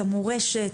המורשת,